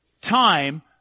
time